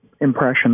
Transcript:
impression